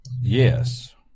Yes